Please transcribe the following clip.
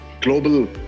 global